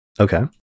Okay